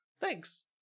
Thanks